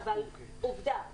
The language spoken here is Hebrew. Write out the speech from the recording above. אבל עובדה.